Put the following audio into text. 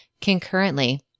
Concurrently